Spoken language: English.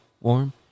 warm